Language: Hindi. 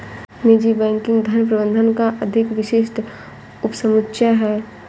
निजी बैंकिंग धन प्रबंधन का अधिक विशिष्ट उपसमुच्चय है